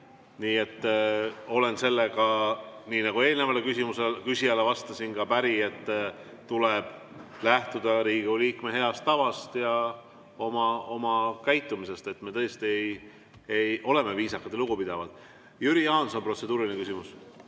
Nii et olen sellega, nii nagu ka eelnevale küsijale vastasin, päri, et tuleb lähtuda Riigikogu liikme heast tavast oma käitumises, nii et me tõesti oleme viisakad ja lugupidavad. Jüri Jaanson, protseduuriline küsimus.